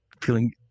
Feeling